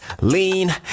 Lean